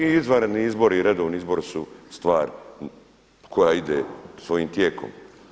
I izvanredni izvori i redovni izbori su stvar koja ide svojim tijekom.